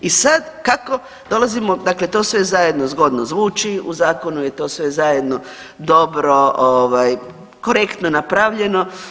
I sad kako dolazimo, dakle to sve zajedno zgodno zvuči, u zakonu je to sve zajedno dobro, korektno napravljeno.